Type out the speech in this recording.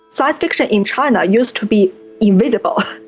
science fiction in china used to be invisible,